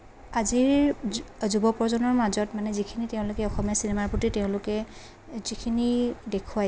আজিৰ যুৱ প্ৰজন্মৰ মাজত মানে যিখিনি তেওঁলোকে অসমীয়া চিনেমাৰ প্ৰতি তেওঁলোকে যিখিনি দেখুৱাইছে